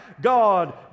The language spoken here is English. god